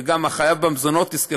וגם החייב במזונות יזכה,